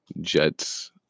Jets